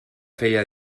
feia